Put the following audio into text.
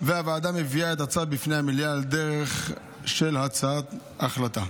והוועדה מביאה את הצו בפני המליאה על דרך של הצעת החלטה.